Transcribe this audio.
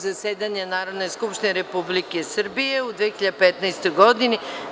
zasedanja Narodne skupštine Republike Srbije u 2015. godini.